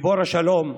גיבור השלום,